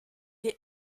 est